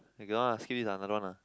they cannot skip this lah I don't want lah